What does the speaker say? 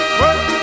work